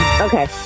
Okay